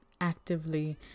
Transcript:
actively